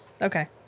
Okay